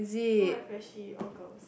all my freshie all girls